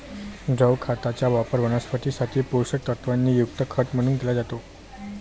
द्रव खताचा वापर वनस्पतीं साठी पोषक तत्वांनी युक्त खत म्हणून केला जातो